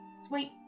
Sweet